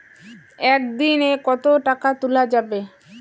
একদিন এ কতো টাকা তুলা যাবে?